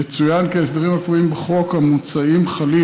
יצוין כי ההסדרים הקבועים בחוק המוצע חלים,